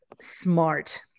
smart